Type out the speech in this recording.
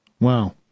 Wow